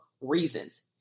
reasons